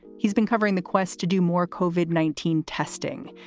he's been covering the quest to do more covered nineteen testing.